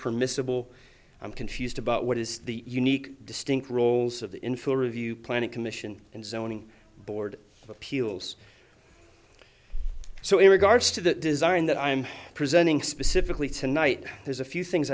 permissible i'm confused about what is the unique distinct roles of the info review planning commission and zoning board appeals so in regards to the design that i'm presenting specifically tonight there's a few things